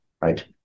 right